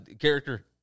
character